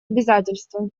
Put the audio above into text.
обязательства